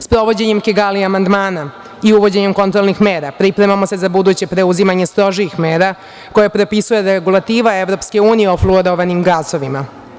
Sprovođenjem Kigali amandmana i uvođenjem kontrolnih mera pripremamo se za buduće preuzimanje strožih mera, koje propisuje da regulativa EU o fluorovanim gasovima.